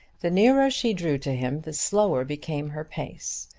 the nearer she drew to him the slower became her pace,